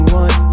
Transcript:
one